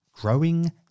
Growing